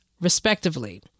respectively